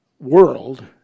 world